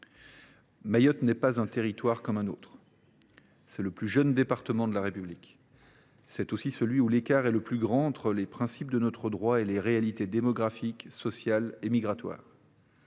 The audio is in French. Mayotte n’est pas un territoire comme un autre. C’est le plus jeune département de la République ; c’est aussi celui où l’écart est le plus grand entre les principes de notre droit et les réalités démographiques, sociales et migratoires.